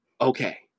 Okay